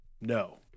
No